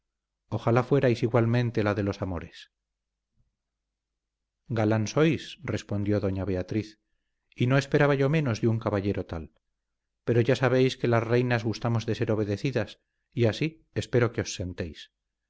ojalá fuerais igualmente la de los amores galán sois respondió doña beatriz y no esperaba yo menos de un caballero tal pero ya sabéis que las reinas gustamos de ser obedecidas y así espero que